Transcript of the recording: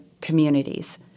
communities